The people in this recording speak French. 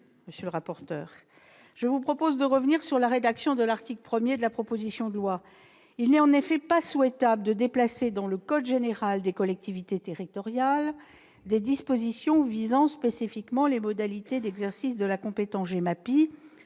messieurs les sénateurs, je vous propose de revenir sur la rédaction de l'article 3 du présent texte. En effet, il n'est pas souhaitable de déplacer dans le code général des collectivités territoriales des dispositions visant spécifiquement les modalités d'exercice de la compétence GEMAPI